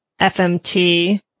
FMT